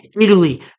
Italy